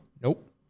Nope